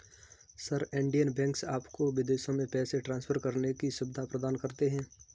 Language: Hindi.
सर, इन्डियन बैंक्स आपको विदेशों में पैसे ट्रान्सफर करने की सुविधा प्रदान करते हैं